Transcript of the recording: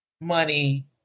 money